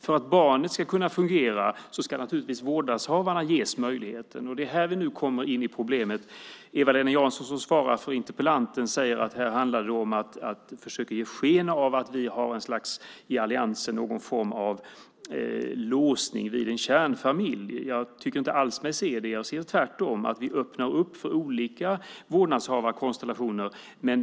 För att barnet ska fungera måste vårdnadshavarna naturligtvis ges möjligheter, och här kommer vi in på själva problemet. Eva-Lena Jansson, som svarar i interpellantens ställe, säger att det handlar om att vi i alliansen har någon form av låsning vid kärnfamiljen. Jag tycker mig inte alls se det. Tvärtom öppnar vi upp för olika vårdnadshavarkonstellationer.